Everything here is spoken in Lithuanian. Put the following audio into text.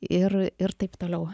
ir ir taip toliau